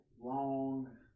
long